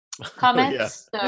Comments